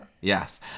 Yes